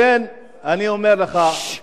לכן, אני אומר לך, סליחה,